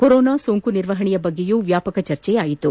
corona ಸೋಂಕು ನಿರ್ವಹಣೆಯ ಬಗ್ಗೆಯೂ ವ್ಯಾಪಕ ಚರ್ಚೆ ನಡೆಯಿತು